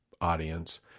audience